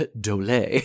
Dole